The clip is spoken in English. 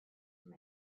from